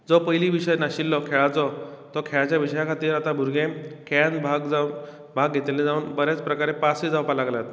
जो पयली विशय नाशिल्लो खेळाचो तो खेळाचे विशया खातीर आता खेळांत भाग घेतले जावं बऱ्या प्रकारे आता पासूय जावपा लागल्यात